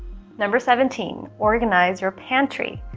number seventeen organize your pantry.